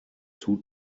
two